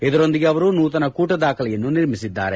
ಇದರೊಂದಿಗೆ ಅವರು ನೂತನ ಕೂಟ ದಾಖಲೆಯನ್ನು ನಿರ್ಮಿಸಿದ್ದಾರೆ